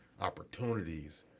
opportunities